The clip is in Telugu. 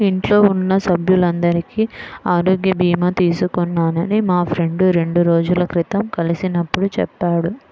ఇంట్లో ఉన్న సభ్యులందరికీ ఆరోగ్య భీమా తీసుకున్నానని మా ఫ్రెండు రెండు రోజుల క్రితం కలిసినప్పుడు చెప్పాడు